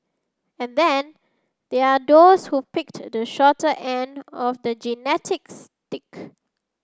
and then there are those who picked the shorter end of the genetic stick